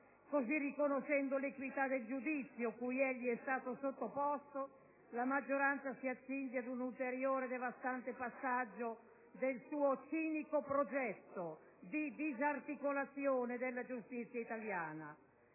così riconoscendo l'equità del giudizio cui egli è stato sottoposto, la maggioranza si accinge ad un ulteriore, devastante passaggio del suo cinico progetto di disarticolazione della giustizia italiana.